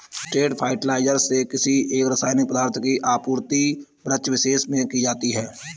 straight fertiliser से किसी एक रसायनिक पदार्थ की आपूर्ति वृक्षविशेष में की जाती है